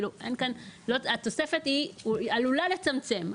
התוספת עלולה לצמצם,